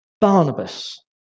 Barnabas